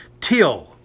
till